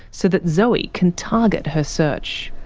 so that zoe can target her search.